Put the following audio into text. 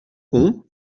pont